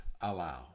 allow